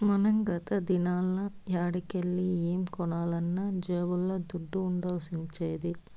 మనం గత దినాల్ల యాడికెల్లి ఏం కొనాలన్నా జేబుల్ల దుడ్డ ఉండాల్సొచ్చేది